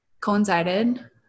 coincided